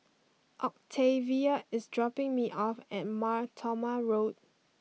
Octavia is dropping me off at Mar Thoma Road